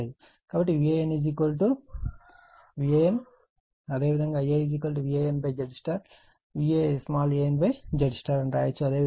కాబట్టి VAN Van ఇదే విధంగా Ia VANZY VanZY అని రాయవచ్చు